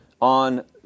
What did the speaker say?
on